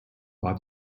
war